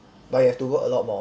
but you have to work a lot more